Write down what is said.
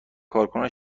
کارکنان